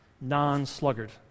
non-sluggard